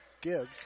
Gibbs